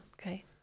okay